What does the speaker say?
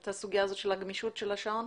את הסוגיה של הגמישות של השעון?